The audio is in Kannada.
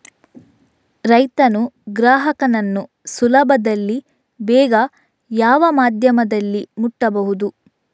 ರೈತನು ಗ್ರಾಹಕನನ್ನು ಸುಲಭದಲ್ಲಿ ಬೇಗ ಯಾವ ಮಾಧ್ಯಮದಲ್ಲಿ ಮುಟ್ಟಬಹುದು?